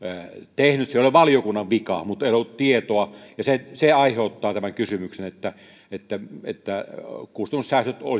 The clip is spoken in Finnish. tehnyt se ei ole valiokunnan vika mutta ei ole ollut tietoa ja se se aiheuttaa tämän kysymyksen kustannussäästöt